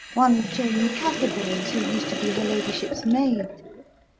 one jane catherboys, who used to be her ladyship's maid.